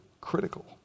critical